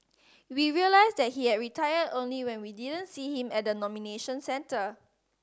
we realised that he had retired only when we didn't see him at the nomination centre